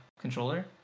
controller